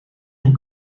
een